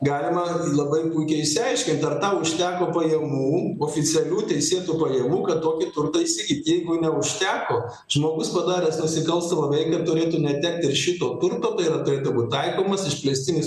galima labai puikiai išsiaiškinti ar tau užteko pajamų oficialių teisėtų pajamų kad tokį turtą įsigyt jeigu neužteko žmogus padaręs nusikalstamą veiką turėtų netekt ir šito turto tai yra turėtų būt taikomas išplėstinis